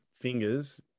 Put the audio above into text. fingers